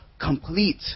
complete